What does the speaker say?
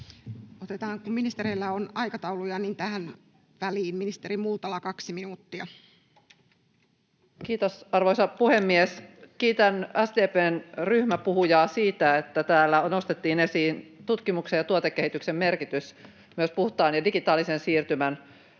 riitä. Kun ministereillä on aikatauluja, niin otetaan tähän väliin ministeri Multala, kaksi minuuttia. Kiitos, arvoisa puhemies! Kiitän SDP:n ryhmäpuhujaa siitä, että täällä nostettiin esiin tutkimuksen ja tuotekehityksen merkitys myös puhtaan ja digitaalisen siirtymän